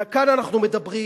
וכאן אנחנו מדברים